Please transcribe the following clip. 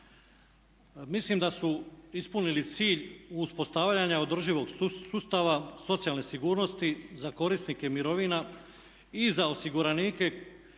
mislim da su ispunili cilj uspostavljanja održivog sustava socijalne sigurnosti za korisnike mirovina i za osiguranike